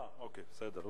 אה, בסדר.